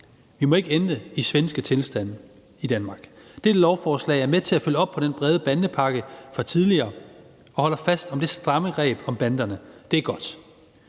Vi må ikke ende med svenske tilstande i Danmark. Dette lovforslag er med til at følge op på den brede bandepakke fra tidligere og holder fast om det stramme greb om banderne. Det er godt.